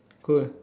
cool